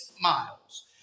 miles